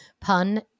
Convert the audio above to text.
pun